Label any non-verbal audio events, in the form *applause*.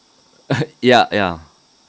*laughs* ya ya